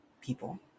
people